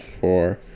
four